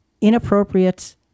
Inappropriate